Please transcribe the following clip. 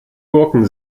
gurken